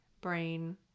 brain